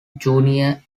junior